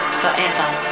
forever